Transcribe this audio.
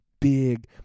big